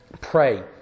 Pray